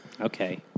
Okay